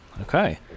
Okay